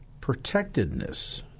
protectedness